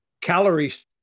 calories